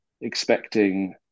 expecting